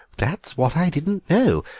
that is what i didn't know.